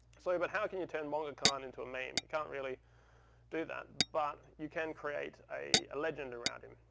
so but how can you turn monga khan into a meme. you can't really do that. but you can create a a legend around him.